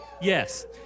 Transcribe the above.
Yes